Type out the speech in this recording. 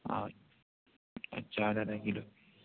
اور اچھا آدھا آدھا کیلو